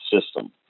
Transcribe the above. system